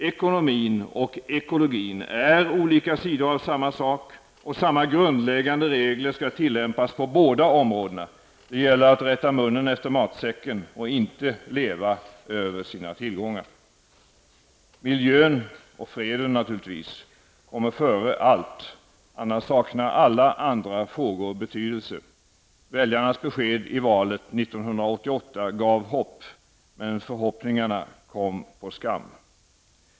Ekonomin och ekologin är olika sidor av samma sak, och samma grundläggande regler skall tillämpas på båda områdena. Det gäller att rätta munnen efter matsäcken, att inte leva över sina tillgångar. Miljön -- och freden -- kommer före allt, annars saknar alla andra frågor betydelse. Väljarnas besked i valet 1988 gav hopp. Men förhoppningarna kom på skam.